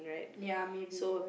ya maybe